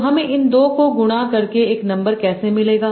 तो हमें इन 2 को गुणा करके एक नंबर कैसे मिलेगा